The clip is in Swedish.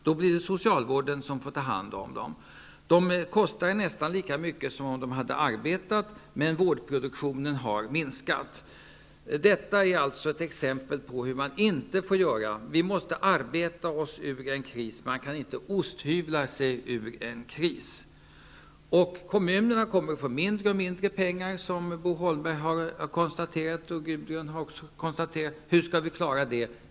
Då blir det socialvården som får ta hand om dem. Dessa människor kostar nästan lika mycket som om de skulle arbeta, men vårdproduktionen har minskat. Det här är ett exempel på hur man inte får göra. Vi måste arbeta oss ur en kris. Man kan inte ''osthyvla'' sig ur en kris. Kommunerna kommer att få mindre och mindre pengar, vilket Bo Holmberg och Gudrun Schyman har konstaterat. Hur skall vi klara det?